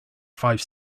five